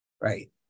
Right